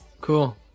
Cool